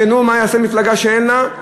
נו, מה תעשה מפלגה שאין לה?